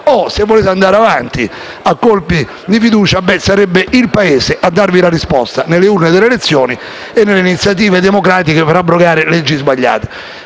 se volete andare avanti a colpi di fiducia, sarebbe il Paese a darvi la risposta nelle urne delle elezioni e nelle iniziative democratiche per abrogare leggi sbagliate.